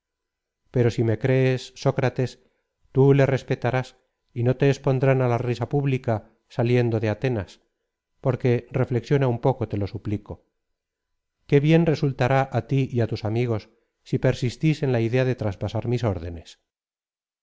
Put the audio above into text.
pero si me crees sócrates tú le respetarás y no te expondrán á la risa pública saliendo de atenas porque reflexiona un poco te lo suplico qué bien resultará á tí y á tus amigos si persistís en la idea de traspasar mis órdenes